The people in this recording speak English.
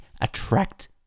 attract